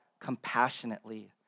compassionately